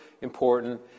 important